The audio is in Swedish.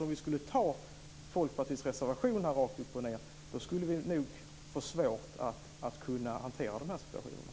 Om vi skulle anta Folkpartiets reservation rakt upp och ned skulle vi nog få svårt att hantera de här situationerna.